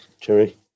Cherry